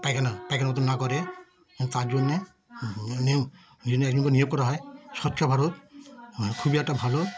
পায়খানা পায়খানা যাতে না করে তার জন্যে নিয়োগ একজন করে নিয়োগ করা হয় স্বচ্ছ ভারত খুবই একটা ভালো